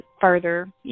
further